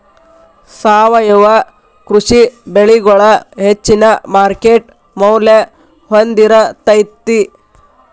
ಸಾವಯವ ಕೃಷಿ ಬೆಳಿಗೊಳ ಹೆಚ್ಚಿನ ಮಾರ್ಕೇಟ್ ಮೌಲ್ಯ ಹೊಂದಿರತೈತಿ